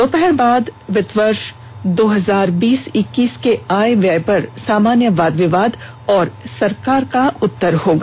दोपहर बाद वित्तीय वर्ष दो हजार बीस इक्कीस के आय व्ययक पर सामान्य वाद विवाद और सरकार का उत्तर होगा